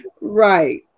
right